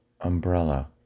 umbrella